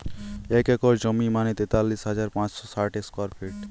এক একর জমি মানে তেতাল্লিশ হাজার পাঁচশ ষাট স্কোয়ার ফিট